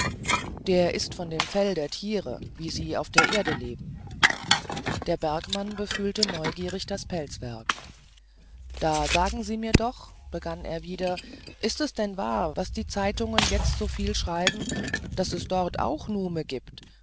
der ist von dem fell der tiere wie sie auf der erde leben der bergmann befühlte neugierig das pelzwerk da sagen sie mir doch begann er wieder ist es denn wahr was die zeitungen jetzt so viel schreiben daß es dort auch nume gibt